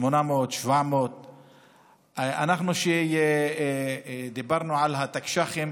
אנחנו, כשדיברנו על התקש"חים,